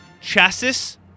chassis